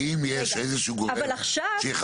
אם יש איזשהו גורם שיחפף,